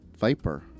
Viper